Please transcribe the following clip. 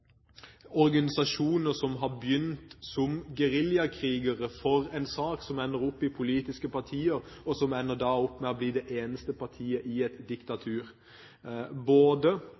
organisasjoner som har begynt som geriljakrigere for en sak, som ender opp i politiske partier, og som ender opp med å bli det eneste partiet i et diktatur.